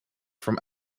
from